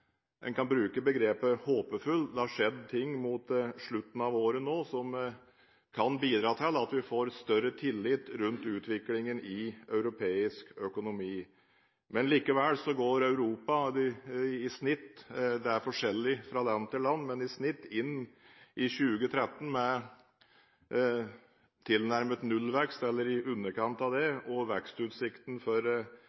vi kan bruke om situasjonen i Europa nå ved utgangen av 2012, er «håpefull». Det har skjedd ting mot slutten av året som kan bidra til at vi får større tillit rundt utviklingen i europeisk økonomi. Likevel går Europa i snitt – det er forskjellig fra land til land – inn i 2013 med tilnærmet nullvekst, eller i underkant av det,